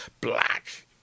black